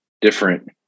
different